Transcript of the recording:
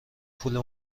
پول